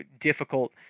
difficult